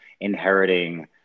inheriting